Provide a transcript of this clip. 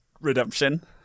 redemption